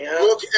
Look